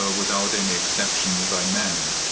ah without any exception, by men.